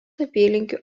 apylinkių